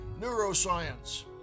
Neuroscience